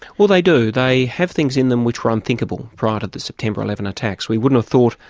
well, they do, they have things in them which were unthinkable prior to the september eleven attacks. we wouldn't have thought,